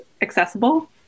accessible